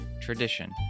tradition